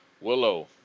Willow